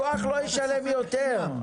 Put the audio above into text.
הלקוח לא ישלם יותר.